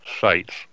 sites